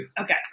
Okay